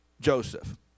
Joseph